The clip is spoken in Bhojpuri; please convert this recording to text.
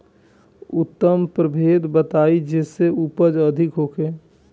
उन्नत प्रभेद बताई जेसे उपज अधिक होखे?